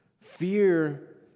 Fear